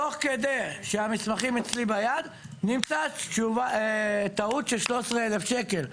תוך כדי שהמסמכים אצלי ביד נמצאה טעות של 13,000 שקל.